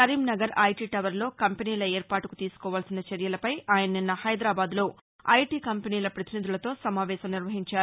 Karimnagar IT టవర్లో కంపెనీల ఏర్పాటుకు తీసుకోవాల్సిన చర్యలపై ఆయన నిన్న హైదరాబాద్లో ఐటీ కంపెనీల పతినిధులతో సమావేశం నిర్వహించారు